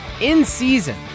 in-season